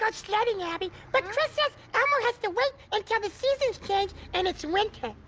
but sledding, abby, but chris says elmo has to wait until the seasons change and it's winter.